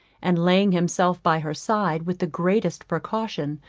and laying himself by her side with the greatest precaution,